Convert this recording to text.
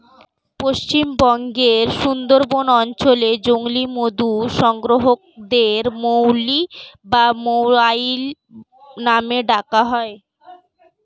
পশ্চিমবঙ্গের সুন্দরবন অঞ্চলে জংলী মধু সংগ্রাহকদের মৌলি বা মৌয়াল নামে ডাকা হয়